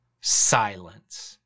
silence